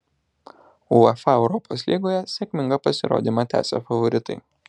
uefa europos lygoje sėkmingą pasirodymą tęsia favoritai